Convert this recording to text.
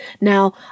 Now